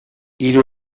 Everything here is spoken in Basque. hiru